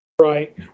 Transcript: Right